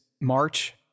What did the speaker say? March